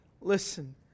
Listen